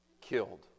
Killed